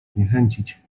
zniechęcić